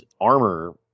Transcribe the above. armor